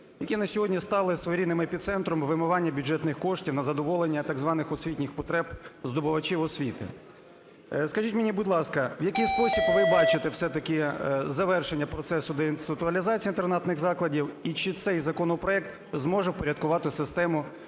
які на сьогодні стали своєрідним епіцентром вимивання бюджетних коштів на задоволення так званих освітніх потреб здобувачів освіти. Скажіть мені, будь ласка, в якій спосіб ви бачите все-таки завершення процесу деінституалізації інтернатних закладів і чи цей законопроект зможе впорядкувати систему